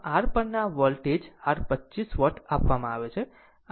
આમ R પર આ વોલ્ટેજ r 25 વોલ્ટ આપવામાં આવે છે